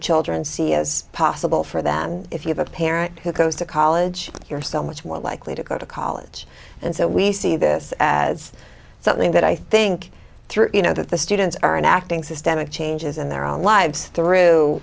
children see as possible for them if you have a parent who goes to college you're so much more likely to go to college and so we see this as something that i think through you know that the students are in acting systemic changes in their own lives through